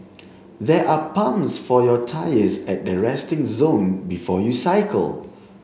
there are pumps for your tyres at the resting zone before you cycle